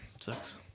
sucks